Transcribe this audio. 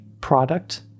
product